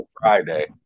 Friday